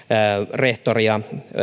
rehtori ja